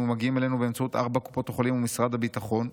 ומגיעים אלינו באמצעות ארבע קופות החולים ומשרד הביטחון,